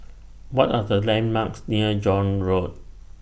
What Are The landmarks near John Road